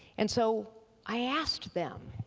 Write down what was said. and so i asked them.